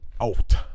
out